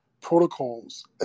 protocols